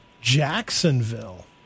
Jacksonville